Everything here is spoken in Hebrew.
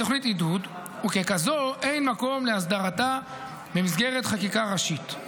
וככזאת אין מקום להסדרתה במסגרת חקיקה ראשית.